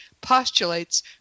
postulates